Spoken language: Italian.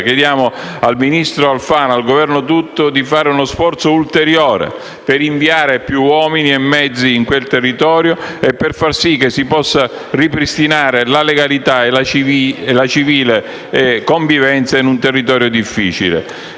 Chiediamo al ministro Alfano e a tutto il Governo di fare uno sforzo ulteriore per inviare più uomini e mezzi in quel territorio e per far sì che si possa ripristinare la legalità e la civile convivenza in un'area difficile.